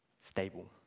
stable